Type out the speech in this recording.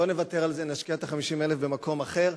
בואו נוותר על זה, נשקיע את ה-50,000 במקום אחר.